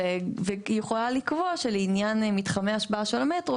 והיא יכולה לקבוע שלעניין מתחמי השפעה של המטרו,